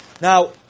Now